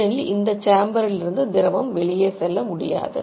ஏனெனில் இந்த சேம்பரிலிருந்து திரவம் வெளியே செல்ல முடியாது